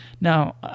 Now